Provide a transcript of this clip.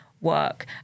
work